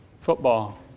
football